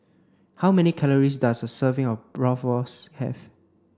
how many calories does a serving of Bratwurst have